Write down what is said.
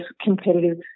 competitive